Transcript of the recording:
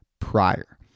prior